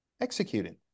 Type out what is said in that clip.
executing